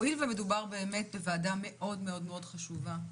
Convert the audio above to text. הואיל ומדובר בוועדה מאוד חשובה,